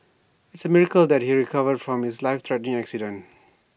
IT A miracle that he recovered from his life threatening accident